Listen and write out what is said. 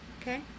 okay